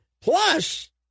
Plus